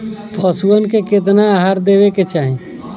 पशुअन के केतना आहार देवे के चाही?